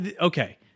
Okay